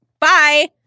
bye